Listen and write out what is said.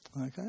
Okay